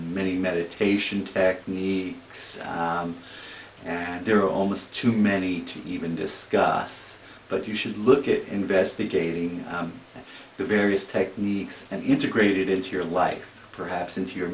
many meditation techniques and there are almost too many to even discuss but you should look at investigating the various techniques and integrate it into your life perhaps into your